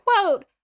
quote